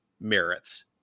merits